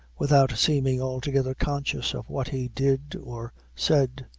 without seeming altogether conscious of what he did or said.